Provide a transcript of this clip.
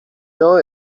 know